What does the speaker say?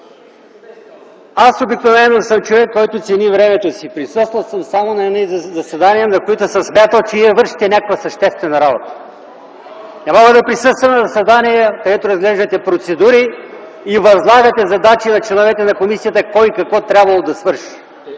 аз обикновено съм човек, който цени времето си. Присъствал съм само на едни заседания, на които съм смятал, че вършите някаква съществена работа. Не мога да присъствам на заседания, където разглеждате процедури и възлагате задачи на членовете на комисията кой какво трябвало да свърши.